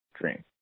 dream